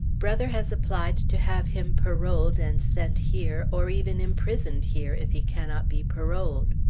brother has applied to have him paroled and sent here, or even imprisoned here, if he cannot be paroled.